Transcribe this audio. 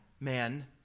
men